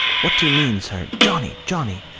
what do you mean, sir? johnny! johnny!